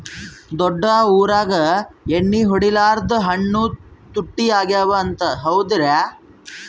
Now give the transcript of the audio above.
ದೊಡ್ಡ ಊರಾಗ ಎಣ್ಣಿ ಹೊಡಿಲಾರ್ದ ಹಣ್ಣು ತುಟ್ಟಿ ಅಗವ ಅಂತ, ಹೌದ್ರ್ಯಾ?